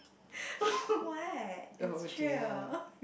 what it's true